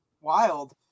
wild